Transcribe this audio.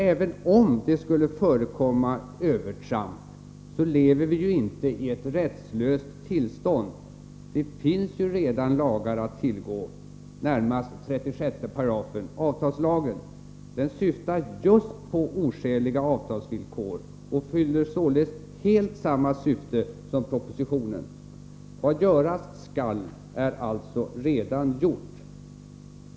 Även om det skulle förekomma övertramp, lever vi ju inte i ett rättslöst tillstånd. Det finns redan lagar att tillgå, närmast 36 § avtalslagen. Den syftar just på oskäliga avtalsvillkor och fyller således helt samma syfte som propositionen. Vad göras skall är alltså redan gjort.